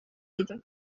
иде